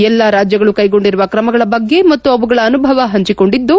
ಎಲ್ಲಾ ರಾಜ್ಲಗಳು ಕ್ಕೆಗೊಂಡಿರುವ ಕ್ರಮಗಳ ಬಗ್ಗೆ ಮತ್ತು ಅವುಗಳು ಅನುಭವ ಪಂಚಿಕೊಂಡಿದ್ದು